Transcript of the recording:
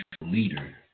leader